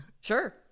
Sure